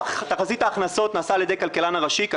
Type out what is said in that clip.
מתחזית ההכנסות של הכלכלן הראשי.